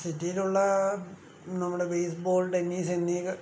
സിറ്റിയിലുള്ള നമ്മുടെ baseball tennis എന്നീ